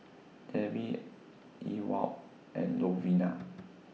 Debby Ewald and Lovina